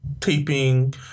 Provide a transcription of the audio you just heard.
taping